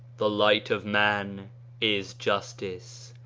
the light of man is justice,